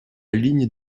ligne